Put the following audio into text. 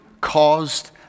caused